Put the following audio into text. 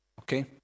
Okay